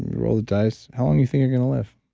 roll the dice, how long you think you're going to live?